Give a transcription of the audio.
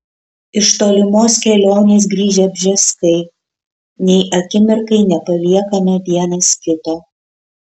iš tolimos kelionės grįžę bžeskai nei akimirkai nepaliekame vienas kito